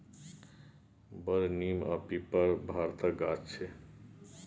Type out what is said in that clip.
बर, नीम आ पीपर भारतक गाछ छै